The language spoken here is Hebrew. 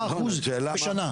5% בשנה.